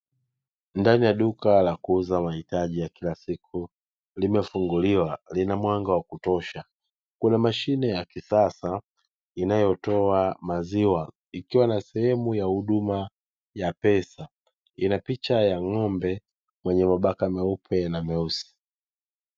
Ndani ya duka la kuuza mahitaji ya kila siku limefunguliwa, lina mwanga wa kutosha. Kuna mashine ya kisasa inayotoa maziwa, ikiwa na sehemu ya huduma ya pesa. Ina picha ya ng'ombe mwenye mabaka meupe na meusi.